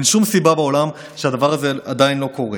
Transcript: אין שום סיבה בעולם שהדבר הזה עדיין לא קורה.